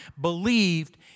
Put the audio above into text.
believed